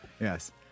Yes